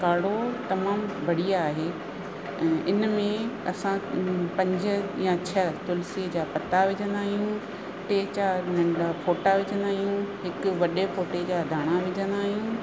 काड़ो तमामु बढ़िया आहे ऐं इन में असां पंज या छह तुलसीअ जा पता विझंदा आहियूं टे चारि नंढा फोटा विझंदा आहियूं हिकु वॾे फोटे जा धाणा विझंदा आहियूं